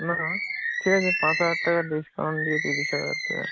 না ঠিক আছে পাঁচ হাজার টাকা ডিসকাউন্ট দিয়ে তিরিশ হাজার দেবেন